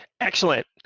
Excellent